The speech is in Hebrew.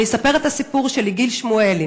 אני אספר את הסיפור של יגיל שמואלי,